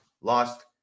lost